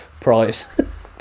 prize